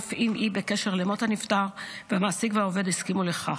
אף אם היא בקשר למות הנפטר והמעסיק והעובד הסכימו לכך.